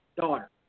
daughter